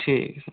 ठीक